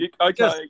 Okay